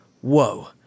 whoa